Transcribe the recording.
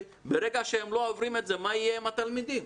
ברגע שהם לא עוברים את זה, מה יהיה עם התלמידים?